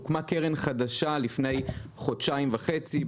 הוקמה קרן חדשה לפני חודשיים וחצי,